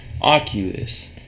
Oculus